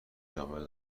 جامعه